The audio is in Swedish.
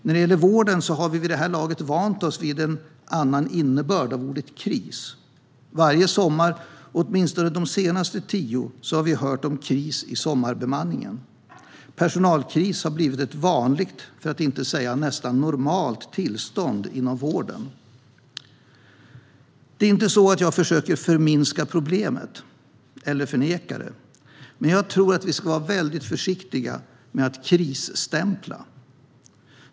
När det gäller vården har vi vid det här laget vant oss vid en annan innebörd av ordet kris. Varje sommar, åtminstone under de senaste tio somrarna, har vi hört om kris i sommarbemanningen. Personalkris har blivit ett vanligt, för att inte säga nästan normalt, tillstånd inom vården. Det är inte så att jag försöker förminska problemen eller förneka dem, men jag tror att vi ska vara väldigt försiktiga med att krisstämpla.